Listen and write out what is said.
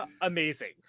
amazing